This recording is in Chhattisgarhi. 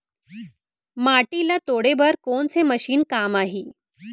माटी ल तोड़े बर कोन से मशीन काम आही?